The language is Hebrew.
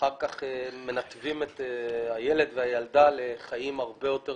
אחר כך מנתבים את הילד והילדה לחיים הרבה יותר